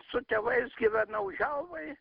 su tėvais gyvenau želvoj